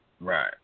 right